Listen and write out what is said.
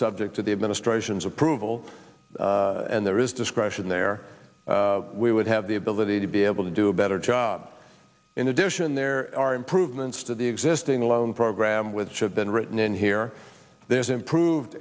subject to the administration's approval and there is discretion there we would have the ability to be able to do a better job in addition there are improvements to the existing loan program with have been written in here there's improved